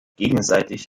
gegenseitig